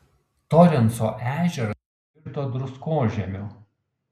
torenso ežeras virto druskožemiu